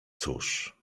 cóż